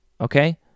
okay